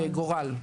מגורל.